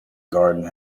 garden